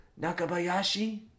Nakabayashi